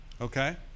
Okay